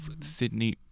Sydney